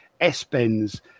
S-bends